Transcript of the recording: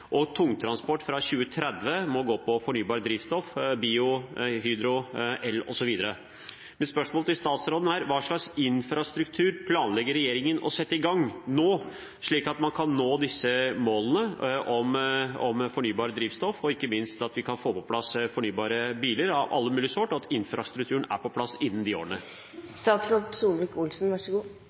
og tungtransport fra 2030 må gå på fornybart drivstoff: bio, hydro, el osv. Mitt spørsmål til statsråden er. Hva slags infrastruktur planlegger regjeringen å sette i gang nå, slik at man kan nå disse målene om fornybart drivstoff, og ikke minst at vi kan få på plass fornybare biler av alle mulige slag, og at infrastrukturen er på plass innen